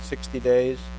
sixty days